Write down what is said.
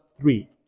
three